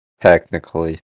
technically